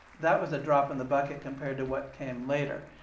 that was a drop in the bucket compared to what came later.